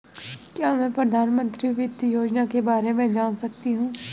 क्या मैं प्रधानमंत्री वित्त योजना के बारे में जान सकती हूँ?